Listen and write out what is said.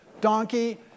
donkey